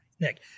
Nick